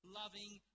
loving